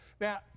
Now